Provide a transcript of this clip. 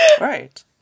right